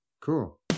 Cool